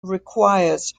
requires